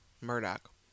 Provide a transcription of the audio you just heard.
Murdoch